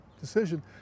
decision